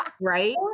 right